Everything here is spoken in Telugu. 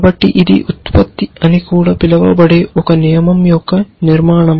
కాబట్టి ఇది ఉత్పత్తి అని కూడా పిలువబడే ఒక నియమం యొక్క నిర్మాణం